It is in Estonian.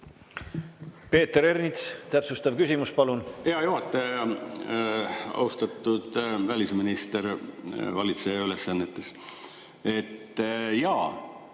Peeter Ernits, täpsustav küsimus, palun!